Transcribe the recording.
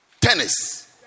tennis